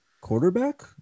quarterback